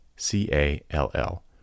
C-A-L-L